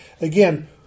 again